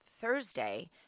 Thursday